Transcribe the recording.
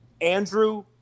Andrew